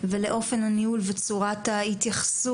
על אופן הניהול וצורת ההתייחסות.